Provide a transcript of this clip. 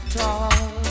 talk